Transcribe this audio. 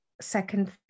second